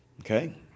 Okay